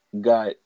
got